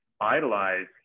idolize